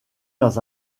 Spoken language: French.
dans